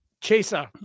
Chaser